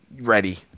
ready